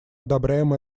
одобряем